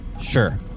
Sure